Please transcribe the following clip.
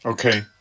Okay